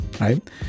Right